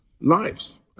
lives